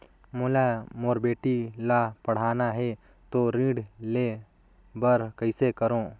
मोला मोर बेटी ला पढ़ाना है तो ऋण ले बर कइसे करो